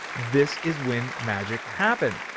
this is when magic happened.